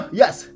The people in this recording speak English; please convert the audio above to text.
yes